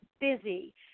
busy